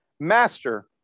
Master